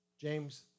James